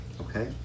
Okay